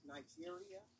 Nigeria